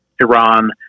Iran